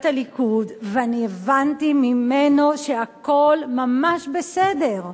הליכוד ואני הבנתי ממנו שהכול ממש בסדר.